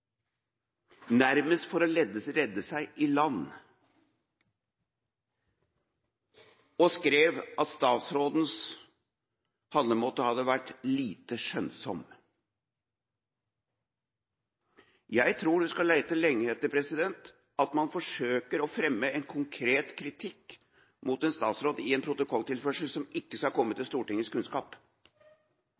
nærmest for å redde seg i land, og skrev at statsrådens handlemåte hadde vært «lite skjønnsom». Jeg tror man skal lete lenge etter at man forsøker å fremme en konkret kritikk mot en statsråd i en protokolltilførsel, som ikke skal komme til Stortingets kunnskap.